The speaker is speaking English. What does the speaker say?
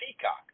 Peacock